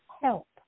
help